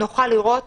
נוכל לראות